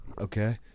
Okay